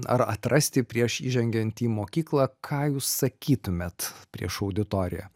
ar atrasti prieš įžengiant į mokyklą ką jūs sakytumėt prieš auditoriją